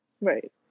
Right